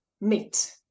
meet